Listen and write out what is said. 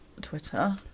Twitter